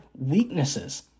weaknesses